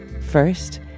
First